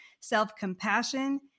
self-compassion